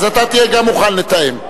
אז אתה תהיה גם מוכן לתאם.